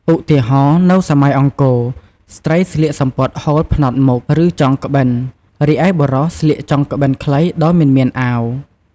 ឧទាហរណ៍ នៅសម័យអង្គរ ស្ត្រីស្លៀកសំពត់ហូលផ្នត់មុខ ឬចងក្បិន រីឯបុរសស្លៀកចងក្បិនខ្លីដោយមិនមានអាវ។